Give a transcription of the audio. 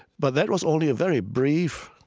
but that was only a very brief,